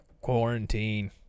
quarantine